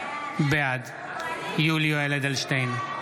בעד יולי יואל אדלשטיין,